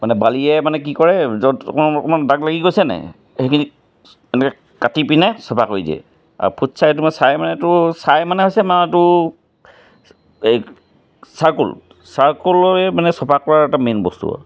মানে বালিয়ে মানে কি কৰে য'ত অকণমান অকণমান দাগ লাগি গৈছেনে সেইখিনি এনেকৈ কাটি পিনে চাফা কৰি দিয়ে আৰু ফুটছাই তোমাৰ ছাই মানেতো ছাই মানে হৈছে মানে তোৰ এই চাৰকোল চাৰকোলৰে মানে চাফা কৰা এটা মেইন বস্তু আৰু